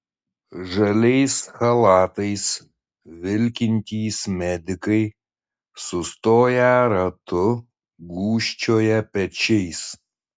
žaliais chalatais vilkintys medikai sustoję ratu gūžčioja pečiais